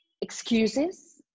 excuses